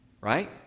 Right